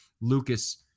Lucas